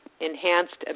enhanced